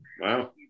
Wow